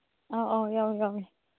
ꯑꯧ ꯑꯧ ꯌꯥꯎꯋꯦ ꯌꯥꯎꯋꯦ